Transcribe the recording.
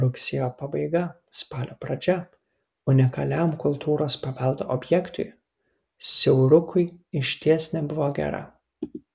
rugsėjo pabaiga spalio pradžia unikaliam kultūros paveldo objektui siaurukui išties nebuvo gera